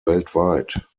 weltweit